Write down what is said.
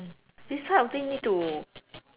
this type of thing need to